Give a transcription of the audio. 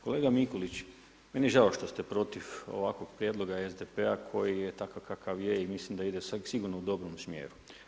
Kolega Mikulić meni je žao što ste protiv ovakvog prijedloga SDP-a koji je takav kakav je i mislim da ide sigurno u dobrom smjeru.